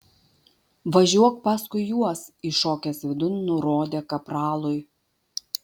važiuok paskui juos įšokęs vidun nurodė kapralui